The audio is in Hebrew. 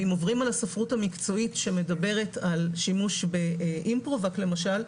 ואם עוברים על הספרות המקצועית שמדברת על שימוש באימפרובק למשל,